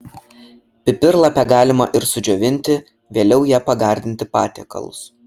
pipirlapę galima ir sudžiovinti vėliau ja pagardinti patiekalus